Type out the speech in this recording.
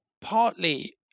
partly